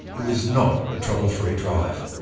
it was not a trouble-free drive.